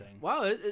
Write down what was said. wow